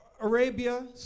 Arabia